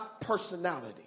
personality